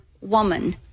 woman